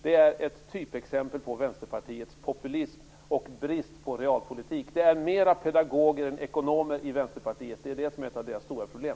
Det är ett typexempel på Vänsterpartiets populism och brist på realpolitik. Det är mera av pedagoger är ekonomer i Vänsterpartiet, det är ett av Vänsterpartiets stora problem.